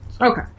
Okay